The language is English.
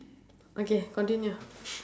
okay continue